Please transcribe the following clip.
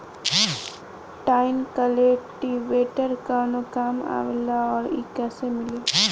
Tine cultivator कवने काम आवेला आउर इ कैसे मिली?